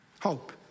Hope